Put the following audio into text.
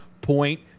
point